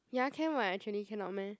ya can [what] actually cannot meh